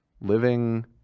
living